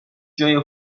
جای